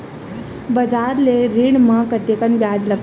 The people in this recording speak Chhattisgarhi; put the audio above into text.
बजार ले ऋण ले म कतेकन ब्याज लगथे?